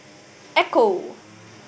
Ecco